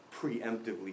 preemptively